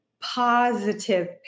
positive